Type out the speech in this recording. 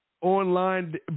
online